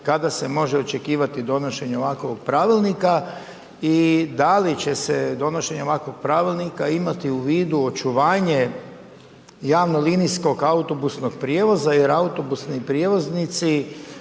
kada se može očekivati donošenje ovakvoga pravilnika. I da li će se donošenje ovakvog pravilnika imati u vidu očuvanje javno linijskog autobusnog prijevoza, jer autobusni prijevoznici,